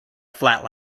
flat